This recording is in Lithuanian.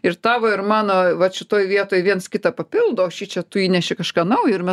ir tavo ir mano vat šitoj vietoj viens kitą papildo šičia tu įneši kažką naujo ir mes